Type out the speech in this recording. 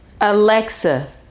Alexa